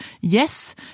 yes